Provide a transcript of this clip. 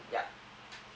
yeah